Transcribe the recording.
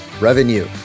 revenue